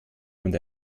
und